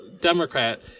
Democrat